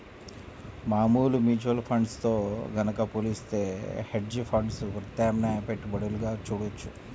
మామూలు mutual funds తో గనక పోలిత్తే హెడ్జ్ ఫండ్స్ ప్రత్యామ్నాయ పెట్టుబడులుగా చూడొచ్చు